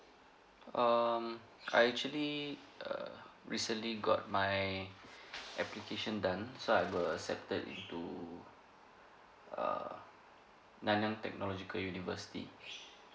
um I actually err recently got my application done so I were accepted into err nanyang technological university